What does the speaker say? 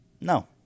No